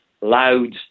loud